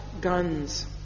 guns